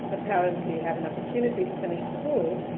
apparently, have an opportunity to finish school